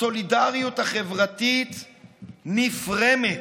הסולידריות החברתית נפרמת.